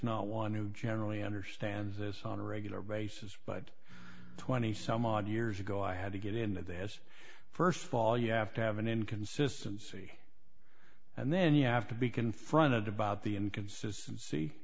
not one who generally understands this on a regular basis but twenty some odd years ago i had to get into this st ball you have to have an inconsistency and then you have to be confronted about the inconsistency